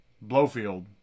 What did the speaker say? Blowfield